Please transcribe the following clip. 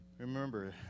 Remember